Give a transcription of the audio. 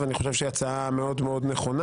ואני חושב שהיא הצעה מאוד מאוד נכונה,